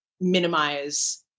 minimize